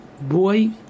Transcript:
boy